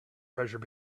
treasure